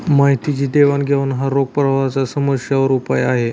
माहितीची देवाणघेवाण हा रोख प्रवाहाच्या समस्यांवर उपाय आहे